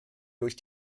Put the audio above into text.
durch